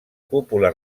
cúpula